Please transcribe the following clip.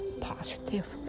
positive